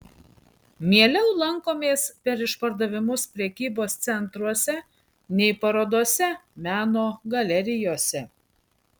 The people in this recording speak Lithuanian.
mieliau lankomės per išpardavimus prekybos centruose nei parodose meno galerijose